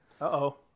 Uh-oh